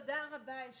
הכבוד, עמית.